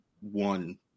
one